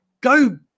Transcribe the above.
go